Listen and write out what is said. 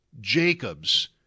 Jacobs